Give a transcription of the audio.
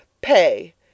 pay